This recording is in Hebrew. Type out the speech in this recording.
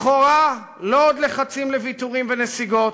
לכאורה לא עוד לחצים לוויתורים ונסיגות